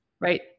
right